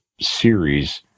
series